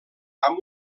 amb